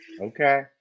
Okay